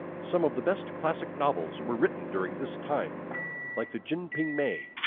some of the best classic novels were written during this time like the jin ping mei,